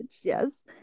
yes